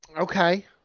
Okay